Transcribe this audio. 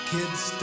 Kids